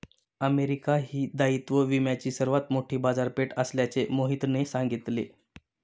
America ही दायित्व विम्याची सर्वात मोठी बाजारपेठ असल्याचे मोहितने सांगितले